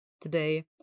today